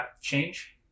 change